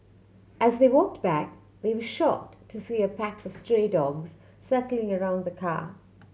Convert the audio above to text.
as they walked back they were shocked to see a pack of stray dogs circling around the car